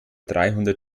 dreihundert